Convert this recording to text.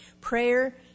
Prayer